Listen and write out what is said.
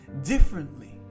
differently